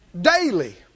Daily